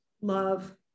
love